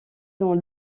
dans